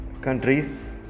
countries